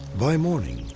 by morning,